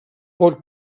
pot